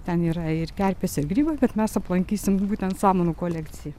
ten yra ir kerpės ir grybai bet mes lankysim būtent samanų kolekciją